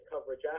coverage